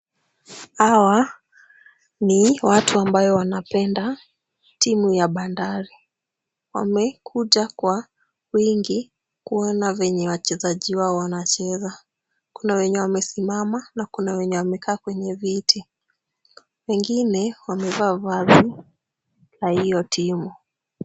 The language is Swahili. Hawa ni watu ambao wanapenda timu ya Bandari. Wamekuja kwa wingi kuona venye wachezaji wao wanacheza. Kuna wenye wamesimama na kuna wenye wamekaa kwenye viti. Wengine wamevaa vazi ya hio timu.